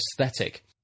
aesthetic